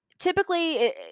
Typically